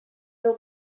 deu